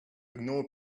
ignore